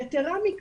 יתרה מכך,